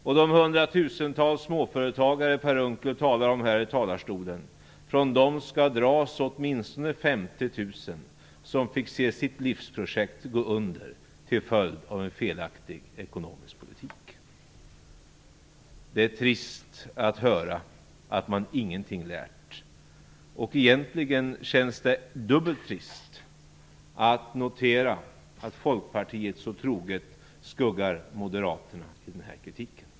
Från de hundratusentals småföretagare som Per Unckel talar om här i talarstolen skall dras åtminstone 50 000 som fick se sitt livsprojekt gå under till följd av en felaktig ekonomisk politik. Det är trist att höra att man ingenting lärt. Egentligen känns det dubbelt trist att notera att folkpartiet så troget skuggar moderaterna i den här kritiken.